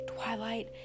Twilight